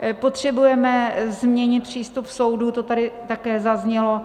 Potřebujeme změnit přístup soudů, to tady také zaznělo.